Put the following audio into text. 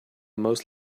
most